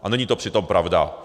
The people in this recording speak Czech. A není to přitom pravda.